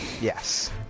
Yes